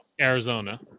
Arizona